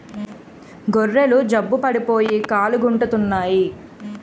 గొర్రెలు జబ్బు పడిపోయి కాలుగుంటెత్తన్నాయి